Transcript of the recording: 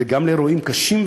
וגם לאירועים קשים וכואבים.